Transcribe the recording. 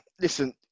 listen